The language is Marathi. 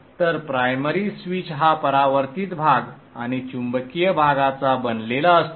तर प्रायमरी स्विच हा परावर्तित भाग आणि चुंबकीय भागाचा बनलेला असतो